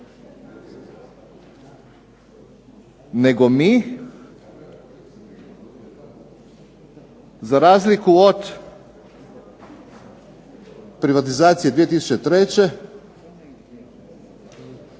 nego mi za razliku od privatizacije 2003.